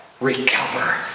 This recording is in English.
recover